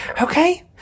Okay